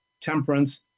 temperance